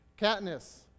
Katniss